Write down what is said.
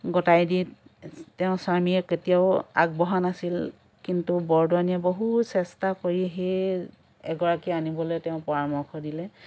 গতাই দি তেওঁৰ স্বামীয়ে কেতিয়াও আগবঢ়া নাছিল কিন্তু বৰদোৱানীয়ে বহু চেষ্টা কৰি সেই এগৰাকী আনিবলৈ তেওঁক পৰামৰ্শ দিলে